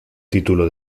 título